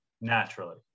naturally